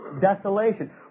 desolation